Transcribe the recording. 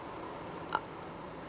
uh